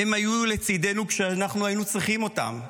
הם היו לצידנו כשאנחנו היינו צריכים אותם,